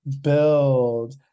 build